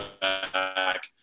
back